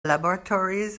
laboratories